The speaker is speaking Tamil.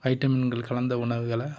வைட்டமின்கள் கலந்த உணவுகளை